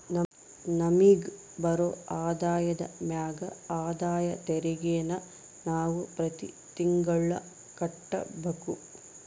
ನಮಿಗ್ ಬರೋ ಆದಾಯದ ಮ್ಯಾಗ ಆದಾಯ ತೆರಿಗೆನ ನಾವು ಪ್ರತಿ ತಿಂಗ್ಳು ಕಟ್ಬಕು